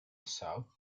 south